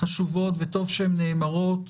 חשובות וטוב שהן נאמרות.